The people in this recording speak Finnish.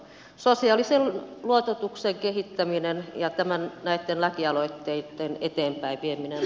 sosiaalisen luototuksen kehittäminen ja näitten lakialoitteitten eteenpäin vieminen